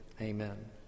amen